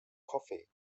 coffee